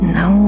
no